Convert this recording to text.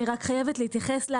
אני חייבת להתייחס.